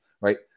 right